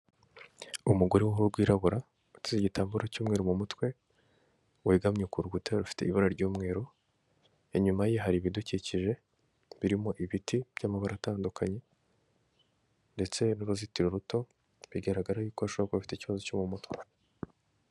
Umugore w'uruhu rwirabura, uteze igitambaro cy'umweru mumutwe, wegamye ku rukuta rufite ibara ry'umweru, inyuma ye hari ibidukikije, birimo ibiti by'amabara atandukanye, ndetse n'uruzitiro ruto bigaragara yuko ashobora kuba afite ikibazo cyo mumutwe.